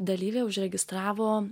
dalyvė užregistravo